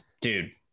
dude